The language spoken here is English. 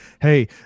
hey